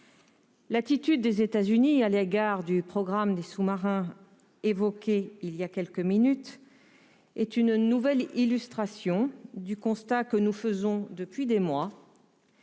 L'attitude des États-Unis à l'égard du programme des sous-marins, évoquée voilà quelques minutes, est une nouvelle illustration du constat que nous faisons depuis des mois